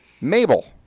Mabel